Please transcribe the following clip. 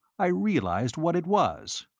i realized what it was.